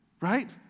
right